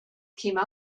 came